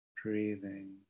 breathing